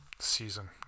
season